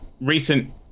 recent